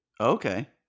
Okay